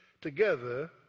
together